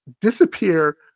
disappear